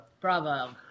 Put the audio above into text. Bravo